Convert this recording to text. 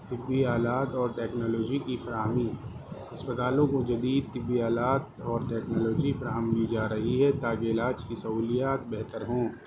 طبی آلات اور ٹکنالوجی کی فراہمی اسپتالوں کو جدید طبی آلات اور ٹکنالوجی فراہم کی جا رہی ہے تاکہ علاج کی سہولیات بہتر ہوں